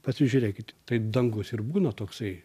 pasižiūrėkit tai dangus ir būna toksai